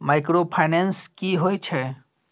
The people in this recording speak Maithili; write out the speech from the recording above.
माइक्रोफाइनेंस की होय छै?